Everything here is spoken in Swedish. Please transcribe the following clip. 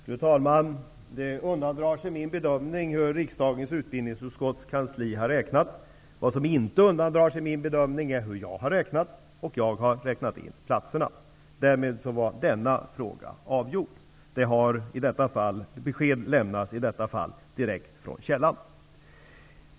Fru talman! Det undandrar sig min bedömning hur riksdagens utbildningsutskotts kansli har räknat. Vad som inte undandrar sig min bedömning är hur jag har räknat, och jag har räknat in platserna. Därmed är denna fråga avgjord. Besked i detta fall lämnas direkt från källan.